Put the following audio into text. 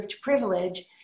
privilege